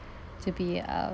to be uh